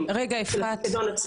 של הפיקדון עצמו --- רגע אפרת סליחה,